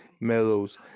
meadows